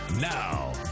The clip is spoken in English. Now